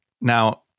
Now